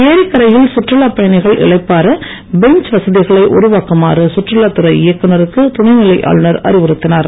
ஏரிக்கரையில் சுற்றுலாப் பயணிகள் இளைப்பாற பெஞ்ச் வசதிகளை உருவாக்குமாறு சுற்றுலாத் துறை இயக்குநருக்கு துணைநிலை ஆளுநர் அறிவுறுத்தினார்